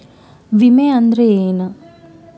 ವಿಮೆ ಅಂದ್ರೆ ಏನ?